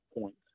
points